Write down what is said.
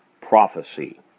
prophecy